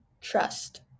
trust